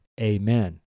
amen